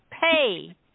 pay